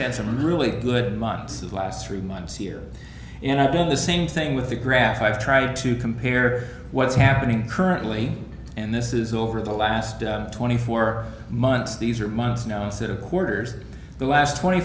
had some really good months of last three months here and i've been the same thing with the graph i've tried to compare what's happening currently and this is over the last twenty four months these are months now instead of quarters the last twenty